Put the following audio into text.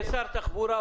כשר תחבורה,